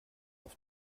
auf